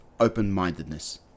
open-mindedness